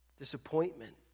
Disappointment